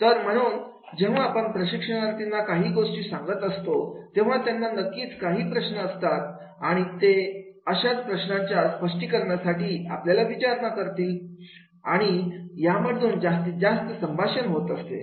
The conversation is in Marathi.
तर म्हणून जेव्हा आपण प्रशिक्षणार्थींना काही गोष्टी सांगत असतो तेव्हा त्यांना नक्कीच काही प्रश्न असतात आणि ते अशा प्रश्नाच्या स्पष्टीकरणासाठी आपल्याला विचारणा करीत असतात आणि यामधून जास्तीत जास्त संभाषण होत असते